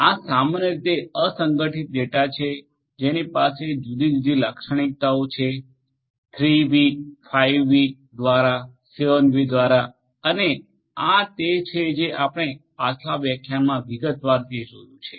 આ સામાન્ય રીતે અસંગઠિત ડેટા છે જેની પાસે જુદી જુદી લાક્ષણિકતાઓ છે 3Vવી 5Vવી દ્વારા 7Vવી દ્વારા અને આ તે છે જે આપણે પાછલા વ્યાખ્યાનોમાં વિગતવાર રીતે જોયું છે